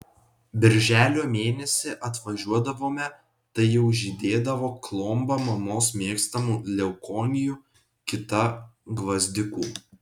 birželio mėnesį atvažiuodavome tai jau žydėdavo klomba mamos mėgstamų leukonijų kita gvazdikų